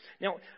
Now